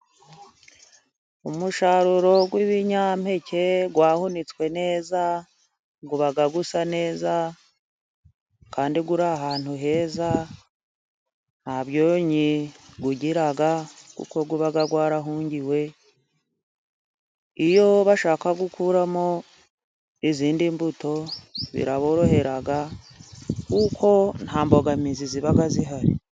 Umusaruro w'ibinyampeke， wahunitswe neza， uba usa neza， kandi uri ahantu heza，ntabyonnyi ugira，kuko uba warahungiwe，iyo bashaka gukuramo izindi mbuto，biraborohera， kuko nta mbogamizi ziba zihari.